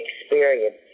experience